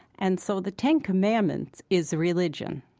and so the ten commandments is a religion.